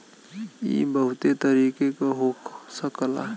इ बहुते तरीके क हो सकला